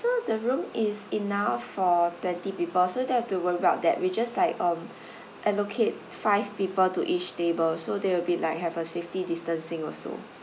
so the room is enough for twenty people so don't have to worry bout that we just like um allocate five people to each table so they will be like have a safety distancing also